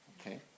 okay